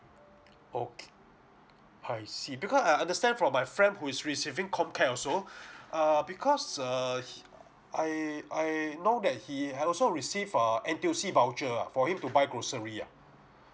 okay I see because I understand from my friend who is receiving comcare also uh because err I I know that he have also received uh N_T_U_C voucher ah for him to buy grocery ah